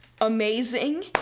amazing